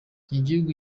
igihugu